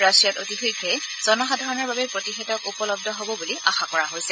ৰাছিয়াত অতি শীঘ্ৰে জনসাধাৰণৰ বাবে প্ৰতিষেধক উপলব্ধ হ'ব বুলি আশা কৰা হৈছে